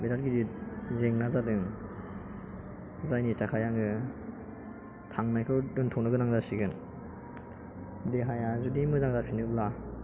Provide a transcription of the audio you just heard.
बिराद गिदिर जेंना जादों जायनि थाखाय आङो थांनायखौ दोनथ'नो गोनां जासिगोन देहाया जुदि मोजां जाफिनोब्ला